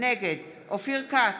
נגד אופיר כץ,